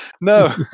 No